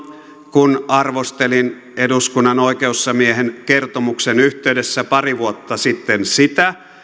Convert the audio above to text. kun arvostelin eduskunnan oikeusasiamiehen kertomuksen yhteydessä pari vuotta sitten sitä